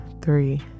three